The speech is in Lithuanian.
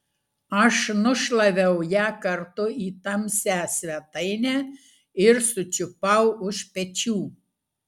aš nušlaviau ją kartu į tamsią svetainę ir sučiupau už pečių